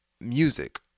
music